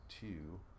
two